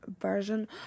version